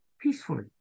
peacefully